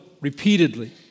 repeatedly